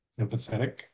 empathetic